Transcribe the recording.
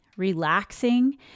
relaxing